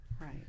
Right